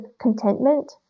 contentment